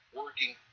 working